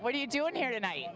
what are you doing here tonight